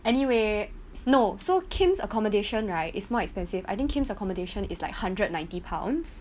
anyway no so kim's accommodation right is more expensive I think kim's accommodation is like hundred ninety pounds